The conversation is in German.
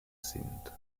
sind